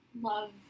love